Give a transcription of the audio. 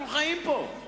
אנחנו חיים פה.